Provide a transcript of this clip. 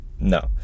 No